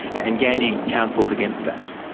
and gandhi counselled against that.